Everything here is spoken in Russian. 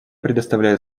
предоставляю